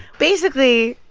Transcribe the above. basically,